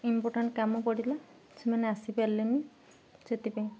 important କାମ ପଡ଼ିଲା ସେମାନେ ଆସିପାରିଲେନି ସେଥିପାଇଁ